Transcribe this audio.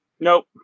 Nope